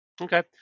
Okay